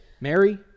Mary